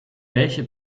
welche